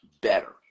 better